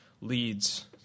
leads